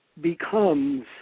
becomes